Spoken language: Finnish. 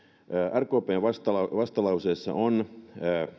rkpn vastalauseessa on